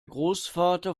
großvater